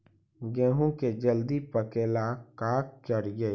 गेहूं के जल्दी पके ल का करियै?